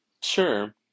sure